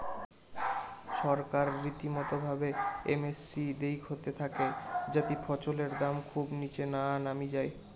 ছরকার রীতিমতো ভাবে এম এস পি দেইখতে থাকে যাতি ফছলের দাম খুব নিচে না নামি যাই